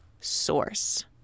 source